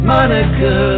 Monica